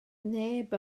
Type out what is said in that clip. neb